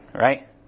Right